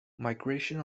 migration